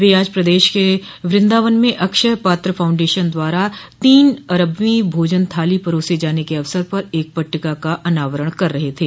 वे आज प्रदेश के वृंदावन में अक्षय पात्र फाउंडेशन द्वारा तीन अरबवीं भोजन थाली परोसे जाने के अवसर पर एक पट्टिका का अनावरण कर रहे थे